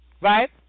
right